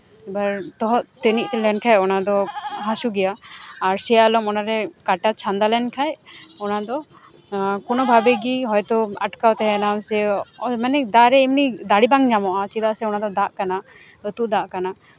ᱮᱭᱵᱟᱨ ᱛᱚᱦᱚᱫ ᱛᱟᱹᱱᱤᱡ ᱞᱮᱱᱠᱷᱟᱱ ᱚᱱᱟ ᱫᱚ ᱦᱟᱹᱥᱩ ᱜᱮᱭᱟ ᱟᱨ ᱥᱮᱭᱟᱞᱚᱢ ᱚᱱᱟᱨᱮ ᱠᱟᱴᱟ ᱪᱷᱟᱸᱫᱟ ᱞᱮᱱᱠᱷᱟᱱ ᱚᱱᱟᱫᱚ ᱠᱳᱱᱳ ᱵᱷᱟᱵᱮ ᱜᱮ ᱦᱚᱭᱛᱳ ᱟᱴᱠᱟᱣ ᱛᱟᱦᱮᱱᱟ ᱥᱮ ᱫᱟᱨᱮ ᱮᱢᱱᱤ ᱫᱟᱨᱮ ᱵᱟᱝ ᱧᱟᱢᱚᱜᱼᱟ ᱪᱮᱫᱟᱜ ᱥᱮ ᱚᱱᱟᱫᱚ ᱫᱟᱜ ᱠᱟᱱᱟ ᱟᱹᱛᱩᱜ ᱫᱟᱜ ᱠᱟᱱᱟ